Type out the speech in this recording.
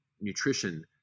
nutrition